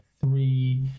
three